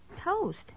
Toast